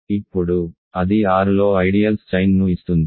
ఇప్పుడు అది R లో ఐడియల్స్ చైన్ ను ఇస్తుంది